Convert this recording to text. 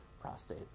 prostate